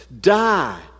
Die